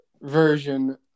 version